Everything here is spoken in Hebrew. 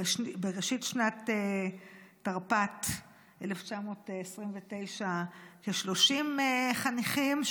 בראשית שנת תרפ"ט, 1929, כ-30 חניכים.